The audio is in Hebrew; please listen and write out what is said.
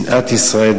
שנאת ישראל,